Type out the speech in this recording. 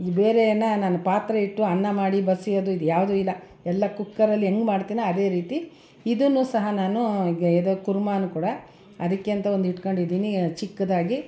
ಈ ಬೇರೆನ ನಾನು ಪಾತ್ರೆ ಇಟ್ಟು ಅನ್ನ ಮಾಡಿ ಬಸಿಯೋದು ಇದ್ಯಾವುದು ಇಲ್ಲ ಎಲ್ಲ ಕುಕ್ಕರಲ್ಲಿ ಹೆಂಗೆ ಮಾಡ್ತೀನೋ ಅದೇ ರೀತಿ ಇದನ್ನೂ ಸಹ ನಾನು ಇದು ಯಾವುದು ಕುರ್ಮವೂ ಕೂಡ ಅದಕ್ಕೆ ಅಂತ ಒಂದು ಇಟ್ಕೊಂಡಿದ್ದೀನಿ ಚಿಕ್ಕದಾಗಿ